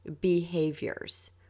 behaviors